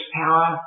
power